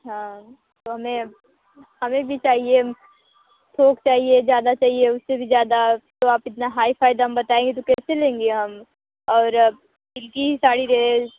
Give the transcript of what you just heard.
हाँ तो हमें हमें भी चाहिए थोक चाहिए ज्यादा चाहिए उससे भी ज्यादा तो आप इतना हाई फ़ाई दाम बताएँगे तो कैसे लेंगे हम और अब सिल्क की ही साड़ी रहे